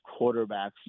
quarterbacks